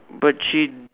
but she